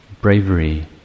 bravery